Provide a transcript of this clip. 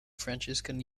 franciscan